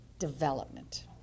development